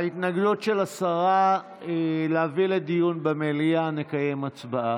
על ההתנגדות של השרה להביא לדיון במליאה נקיים הצבעה,